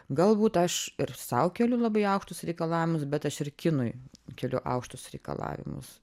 galbūt aš ir sau keliu labai aukštus reikalavimus bet aš ir kinui keliu aukštus reikalavimus